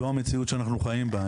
זו המציאות שאנחנו חיים בה.